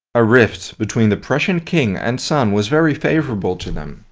a rift between the prussian king and son was very favourable to them.